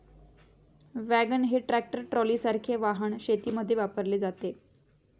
wagon हे tractor ट्रॉलीसारखे वाहन शेतीमध्ये वापरले जाते